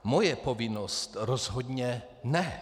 Moje povinnost rozhodně ne.